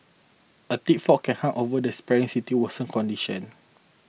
a thick fog can hung over the sprawling city worsened conditions